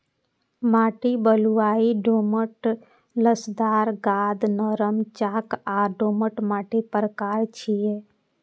माटि बलुआही, दोमट, लसदार, गाद, नरम, चाक आ दोमट माटिक प्रकार छियै